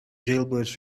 jailbirds